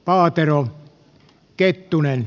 paatero kettunen